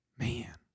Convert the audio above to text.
Man